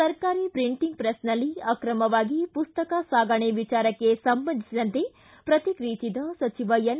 ಸರ್ಕಾರಿ ಪ್ರಿಂಟಿಂಗ್ ಪ್ರೆಸ್ನಲ್ಲಿ ಅಕ್ರಮವಾಗಿ ಪುಸ್ತಕ ಸಾಗಣೆ ವಿಚಾರಕ್ಕೆ ಸಂಬಂಧಿಸಿದಂತೆ ಪ್ರತಿಕ್ರಿಯಿಸಿದ ಸಚಿವ ಎನ್